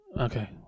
Okay